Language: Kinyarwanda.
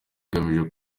igamije